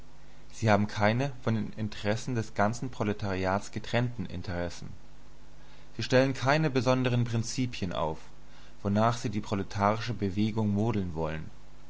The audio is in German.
sie haben keine von den interessen des ganzen proletariats getrennten interessen sie stellen keine besonderen prinzipien auf wonach sie die proletarische bewegung modeln wollen